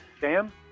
Sam